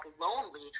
lonely